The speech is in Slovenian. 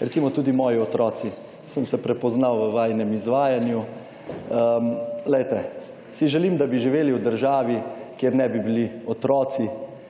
recimo tudi moji otroci, sem se prepoznal v vajinem izvajanju. Glejte, si želim, da bi živeli v državi, kjer ne bi bili otroci